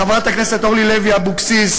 לחברת הכנסת אורלי לוי אבקסיס,